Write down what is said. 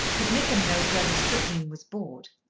that nickem knows where the strychnine was bought.